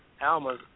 Alma